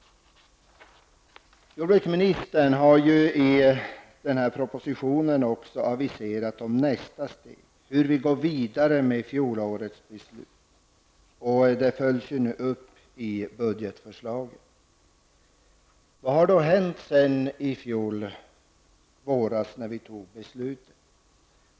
Jordbruksministern har i propositionen aviserat nästa steg, hur vi går vidare med fjolårets beslut. Det följs nu upp i budgetförslaget. Vad har då hänt sedan i fjol våras, när vi fattade beslutet?